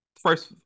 first